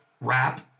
rap